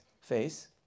face